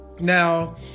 Now